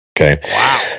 Okay